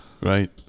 Right